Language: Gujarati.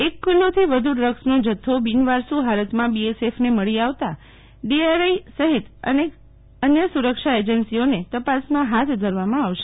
એક કિલો થી વધુ ડ્રગ્સનો જથ્થો બિનવારસુ હાલતમાં બીએસએફને મળી આવતા ડીઆરઆઈ સહીત અન્ય સુરક્ષા એજન્સીઓને તપાસમાં હાથ ધરવામાં આવશે